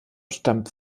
stammt